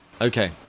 Okay